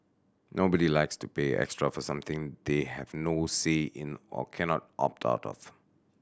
nobody likes to pay extra for something they have no say in or cannot opt out of